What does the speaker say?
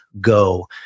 go